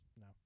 No